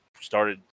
started –